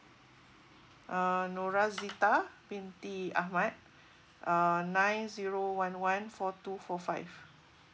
uh N O R A Z I T A B I N T E A H M A D uh nine zero one one four two four five